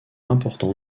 important